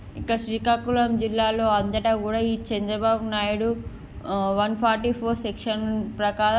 ఇక శ్రీకాకుళం జిల్లాలో అంతటా కూడా ఈ Chandrababu Naidu one forty four section ప్రకారం